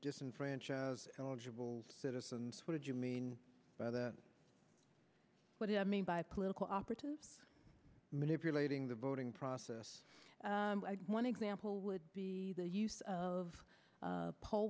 disenfranchise eligible citizens what did you mean by that what i mean by political operatives manipulating the voting process one example would be the use of poll